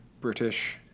British